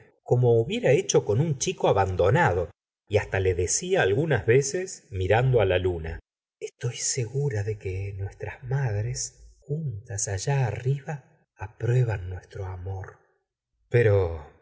como hubiera hecho con un chico abandonado y hasta le decía algunas veces mirando la luna estoy segura de que nuestras madres juntas allá arriba aprueban nuestro amor pero